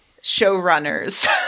showrunners